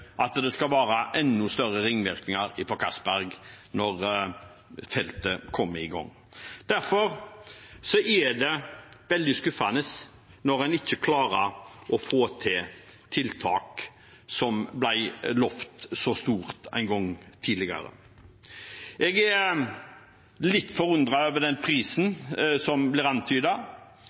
at det skal være enda større ringvirkninger fra Castberg når feltet kommer i gang. Derfor er det veldig skuffende når en ikke klarer å få til tiltak som ble lovet så stort en gang tidligere. Jeg er litt forundret over den prisen som blir